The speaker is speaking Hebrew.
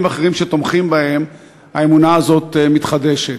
אחרים שתומכים בהן האמונה הזאת מתחדשת.